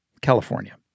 California